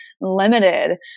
limited